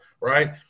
right